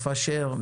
לפשר,